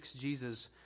Jesus